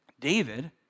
David